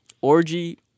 Orgy